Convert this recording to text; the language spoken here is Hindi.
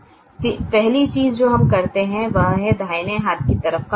पहली चीज़ जो हम करते हैं वह है दाहिने हाथ की तरफ का मान